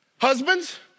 husbands